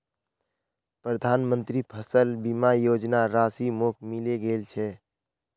प्रधानमंत्री फसल बीमा योजनार राशि मोक मिले गेल छै